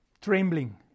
trembling